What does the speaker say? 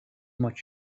much